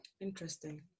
Interesting